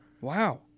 Wow